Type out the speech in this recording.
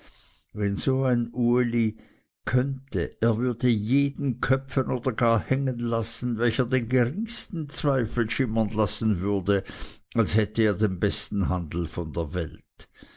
wenn so ein uli könnte er würde jeden köpfen oder gar hängen lassen welcher den geringsten zweifel schimmern lassen würde als hätte er den besten handel von der welt